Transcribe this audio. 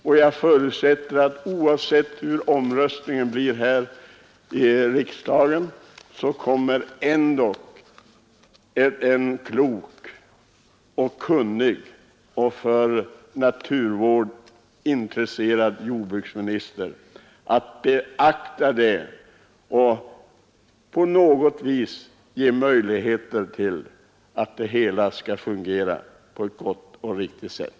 Oavsett resultatet av omröstningen i kammaren förutsätter jag att en klok, kunnig och för naturvård intresserad jordbruksminister kommer att beakta dessa synpunkter och skapa möjligheter för att det hela skall fungera på ett gott och riktigt sätt.